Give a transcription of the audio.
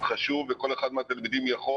חשוב וכל אחד מהתלמידים יכול